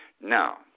Now